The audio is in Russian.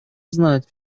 знать